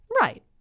Right